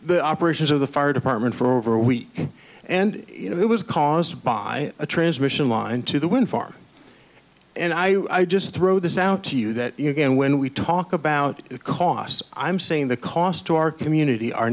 the operations of the fire department for over a week and it was caused by a transmission line to the wind farm and i just throw this out to you that you again when we talk about costs i'm saying the cost to our community are